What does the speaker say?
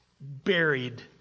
buried